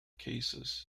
cases